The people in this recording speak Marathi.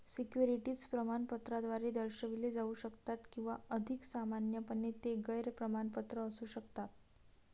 सिक्युरिटीज प्रमाणपत्राद्वारे दर्शविले जाऊ शकतात किंवा अधिक सामान्यपणे, ते गैर प्रमाणपत्र असू शकतात